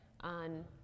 on